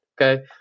okay